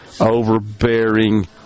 overbearing